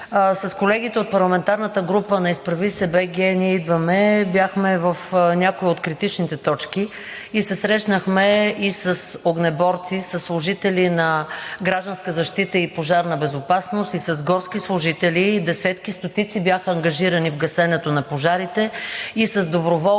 С колегите от парламентарната група на „Изправи се БГ! Ние идваме!“ бяхме в някои от критичните точки и се срещнахме и с огнеборци, със служители на „Гражданска защита и пожарна безопасност“, с горски служители – десетки и стотици бяха ангажирани в гасенето на пожарите, с доброволци